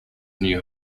new